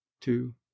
Two